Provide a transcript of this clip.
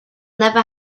never